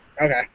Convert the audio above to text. Okay